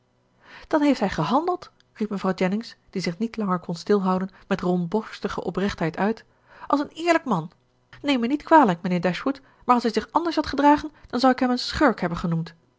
dan heeft hij gehandeld riep mevrouw jennings die zich niet langer kon stilhouden met rondborstige oprechtheid uit als een eerlijk man neem mij niet kwalijk mijnheer dashwood maar als hij zich anders had gedragen dan zou ik hem een schurk hebben genoemd